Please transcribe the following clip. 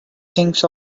thinks